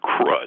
crud